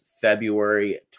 February